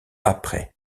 après